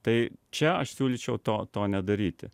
tai čia aš siūlyčiau to to nedaryti